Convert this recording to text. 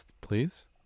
please